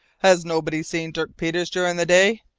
has nobody seen dirk peters during the day?